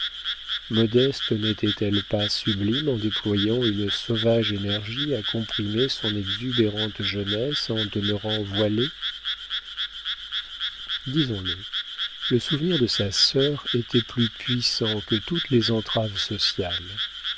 modeste n'était-elle pas sublime en déployant une sauvage énergie à comprimer son exubérante jeunesse en demeurant voilée disons-le le souvenir de sa sœur était plus puissant que toutes les entraves sociales